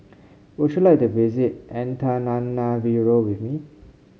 would you like to visit Antananarivo with me